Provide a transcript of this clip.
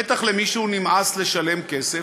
בטח למישהו נמאס לשלם כסף,